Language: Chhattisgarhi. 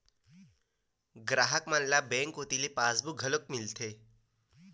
गराहक मन ल बेंक कोती ले पासबुक घलोक मिलथे